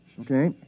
Okay